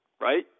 right